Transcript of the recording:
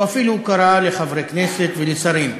הוא אפילו קרא לחברי כנסת ולשרים.